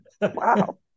Wow